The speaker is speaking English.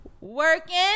working